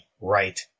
right